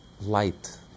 light